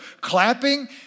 clapping